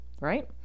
right